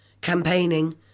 campaigning